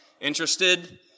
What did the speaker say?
interested